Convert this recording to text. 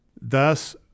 Thus